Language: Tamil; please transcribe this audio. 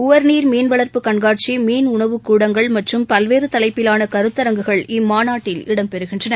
உவர்நீர் மீன்வளர்ப்பு கண்காட்சி மீன் உணவுக் கூடங்கள் மற்றும் பல்வேறு தலைப்பிலான கருத்தரங்குகள் இம்மாநாட்டில் இடம்பெறுகின்றன